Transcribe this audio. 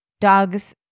dogs